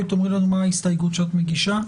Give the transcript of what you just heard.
תאמרי לנו מה ההסתייגות שאת מגישה.